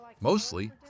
mostly